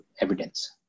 evidence